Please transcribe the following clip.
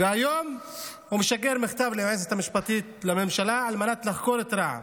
היום הוא משגר מכתב ליועצת המשפטית לממשלה על מנת לחקור את רע"מ.